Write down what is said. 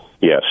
Yes